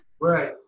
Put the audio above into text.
Right